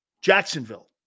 Jacksonville